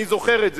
אני זוכר את זה,